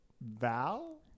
val